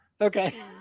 Okay